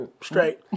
Straight